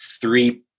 three